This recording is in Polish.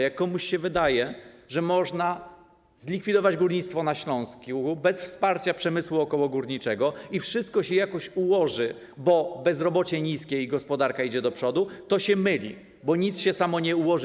Jak komuś się wydaje, że można zlikwidować górnictwo na Śląsku bez wsparcia przemysłu okołogórniczego i wszystko się jakoś ułoży, bo bezrobocie niskie i gospodarka idzie do przodu, to się myli, bo nic samo się nie ułoży.